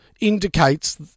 indicates